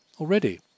Already